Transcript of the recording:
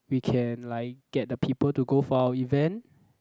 we can like get the people to go for our event